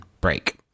break